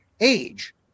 age